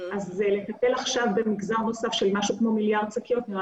אז לטפל עכשיו במגזר נוסף של כמיליארד שקיות נראה